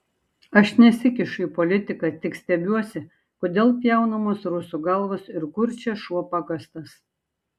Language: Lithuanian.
aš nesikišu į politiką tik stebiuosi kodėl pjaunamos rusų galvos ir kur čia šuo pakastas